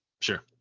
Sure